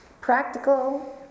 practical